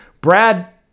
brad